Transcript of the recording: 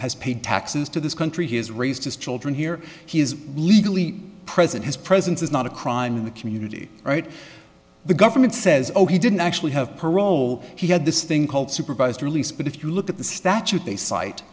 has paid taxes to this country has raised his children here he is legally present his presence is not a crime in the community right the government says oh he didn't actually have parole he had this thing called supervised release but if you look at the statute they